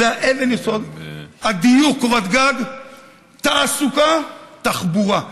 זה אבן היסוד, הדיור, קורת גג, תעסוקה, תחבורה.